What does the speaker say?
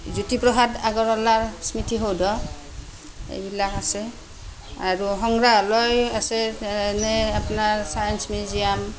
জ্যোতিপ্ৰসাদ আগৰৱালাৰ স্মৃতিসৌধ এইবিলাক আছে আৰু সংগ্ৰাহালয় আছে এনেই আপোনাৰ ছায়েঞ্চ মিউজিয়াম